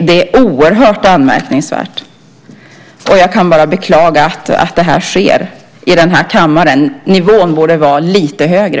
Det är oerhört anmärkningsvärt, och jag kan bara beklaga att det sker i denna kammare. Nivån borde vara lite högre.